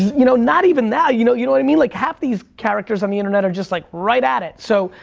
you know, not even that, you know you know what i mean. like half these characters on the internet are just like right at it. so,